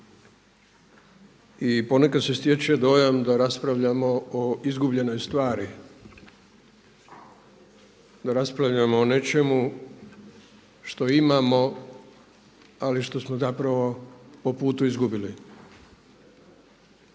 i ponekad se stječe dojam da raspravljamo o izgubljenoj stvari, da raspravljamo o nečemu što imamo, ali što smo zapravo po putu izgubili.